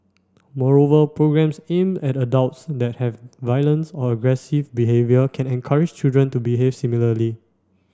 moreover programmes aimed at adults that have violence or aggressive behaviour can encourage children to behave similarly